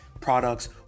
products